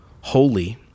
holy